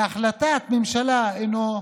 בהחלטת ממשלה הינו,